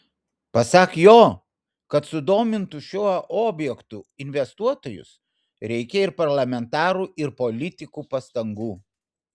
pasak jo kad sudomintų šiuo objektu investuotojus reikia ir parlamentarų ir politikų pastangų